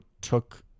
took